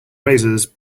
razors